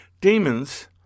Demons